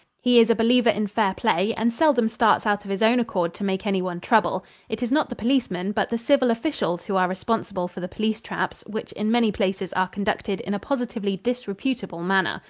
he is a believer in fair play and seldom starts out of his own accord to make anyone trouble. it is not the policeman, but the civil officials who are responsible for the police traps which in many places are conducted in a positively disreputable manner,